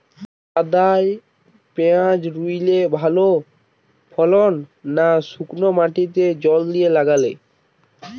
কাদায় পেঁয়াজ রুইলে ভালো ফলন না শুক্নো মাটিতে জল দিয়ে লাগালে?